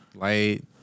light